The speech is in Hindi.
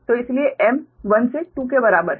तो इसलिए m 1 से 2 के बराबर है